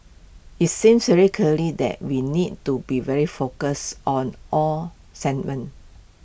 IT sings very clearly that we need to be very focused on all segments